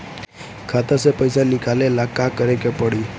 खाता से पैसा निकाले ला का करे के पड़ी?